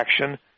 action